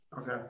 Okay